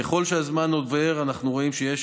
ככל שהזמן עובר אנחנו רואים שיש